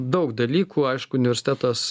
daug dalykų aišku universitetas